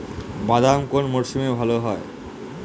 বাদাম কোন মরশুমে ভাল হয়?